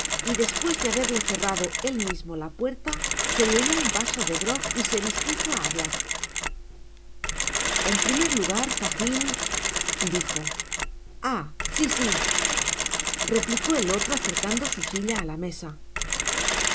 y despues de haberle cerrado él mismo la puerla se llenó un vaso de grog y se dispuso á hablar en primer lugar fagina dijo ah si si replicó el otro acercando su silla á la mesa el